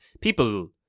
People